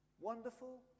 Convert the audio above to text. Wonderful